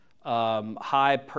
high